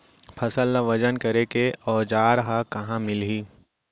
फसल ला वजन करे के औज़ार हा कहाँ मिलही?